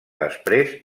després